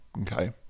Okay